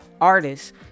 artists